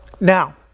Now